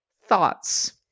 Thoughts